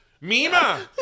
Mima